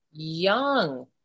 young